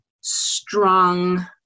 strong